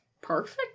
Perfect